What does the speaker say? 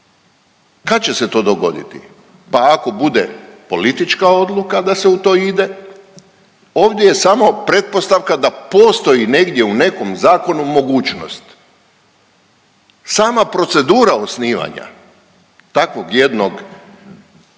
Kad će se to dogoditi? Pa ako bude politička odluka da se u to ide, ovdje je samo pretpostavka da postoji negdje u nekom zakonu mogućnost. Sama procedura osnivanja takvog jednog